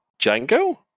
Django